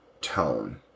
tone